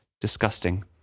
Disgusting